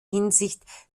hinsicht